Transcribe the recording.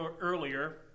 earlier